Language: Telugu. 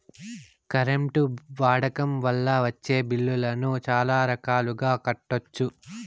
కరెంట్ వాడకం వల్ల వచ్చే బిల్లులను చాలా రకాలుగా కట్టొచ్చు